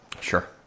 sure